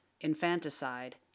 infanticide